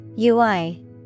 UI